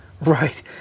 Right